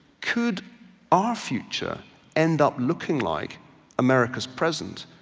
could our future end up looking like america's present.